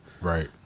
Right